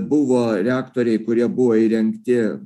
buvo reaktoriai kurie buvo įrengti